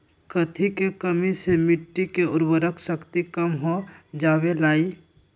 कथी के कमी से मिट्टी के उर्वरक शक्ति कम हो जावेलाई?